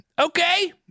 Okay